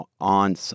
on